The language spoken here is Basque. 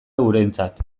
eurentzat